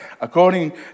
According